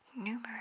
numerous